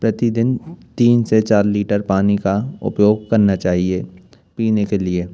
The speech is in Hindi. प्रतिदिन तीन से चार लीटर पानी का उपयोग करना चाहिए पीने के लिए